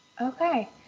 Okay